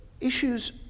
issues